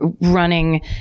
running